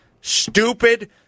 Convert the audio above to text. Stupid